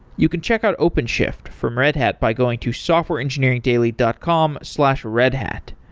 you can check out openshift from red hat by going to softwareengineeringdaily dot com slash redhat.